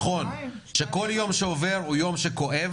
נכון שכל יום שעובר הוא יום שכואב,